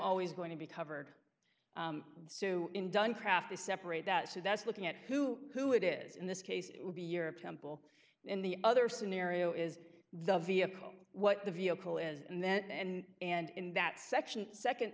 always going to be covered sue in done craft to separate that so that's looking at who who it is in this case it would be europe temple and the other scenario is the vehicle what the vehicle is and then and and in that section